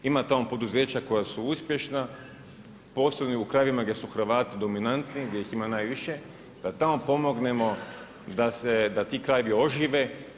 Ima tamo poduzeća koja su uspješna, posebno u krajevima gdje su Hrvati dominantni, gdje ih ima najviše, da tamo pomognemo da se, da ti krajevi ožive.